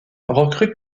recrute